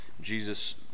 Jesus